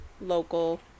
local